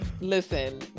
listen